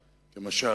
כמשל,